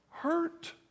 hurt